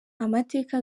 amateka